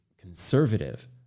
conservative